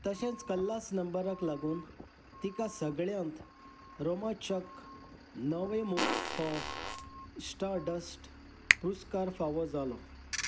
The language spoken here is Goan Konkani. तशेंच कल्लास नंबराक लागून तिका सगळ्यांत रोमांचक नवेमूख हो स्टारडस्ट पुरस्कार फावो जालो